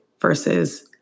versus